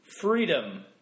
Freedom